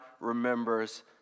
remembers